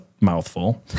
mouthful